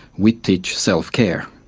we teach self-care,